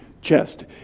chest